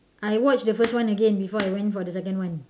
I watch the first one again before I went for the second one